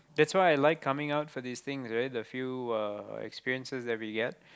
that's why I like coming out for these things right the few experiences that we get